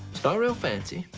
but real fancy.